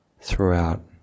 throughout